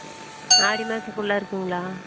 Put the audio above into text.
ஆடி மாசம் ஃபுல்லாக இருக்குங்களா